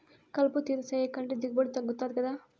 కలుపు తీత సేయకంటే దిగుబడి తగ్గుతది గదా